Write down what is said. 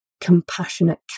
compassionate